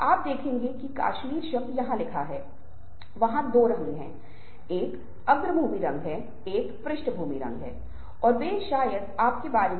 अब ये इशारे हैं जो बहुत जानबूझकर होते हैं पहला गैर इरादतन इशारा है और दूसरा एक जानबूझकर किया गया इशारा है